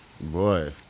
Boy